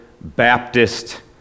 Baptist